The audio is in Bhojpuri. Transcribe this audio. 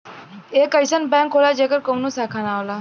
एक अइसन बैंक होला जेकर कउनो शाखा ना होला